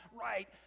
right